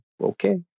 okay